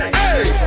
hey